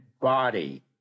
body